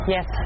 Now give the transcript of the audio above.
Yes